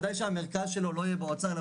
בוודאי שהמרכז שלו לא יהיה באוצר.